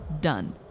Done